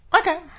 Okay